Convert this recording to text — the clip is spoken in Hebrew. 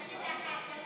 התש"ף 2020,